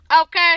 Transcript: Okay